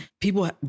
people